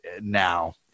now